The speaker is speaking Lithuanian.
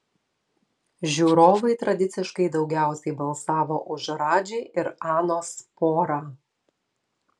žiūrovai tradiciškai daugiausiai balsavo už radži ir anos porą